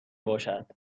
باشد